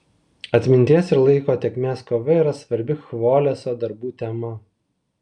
atminties ir laiko tėkmės kova yra svarbi chvoleso darbų tema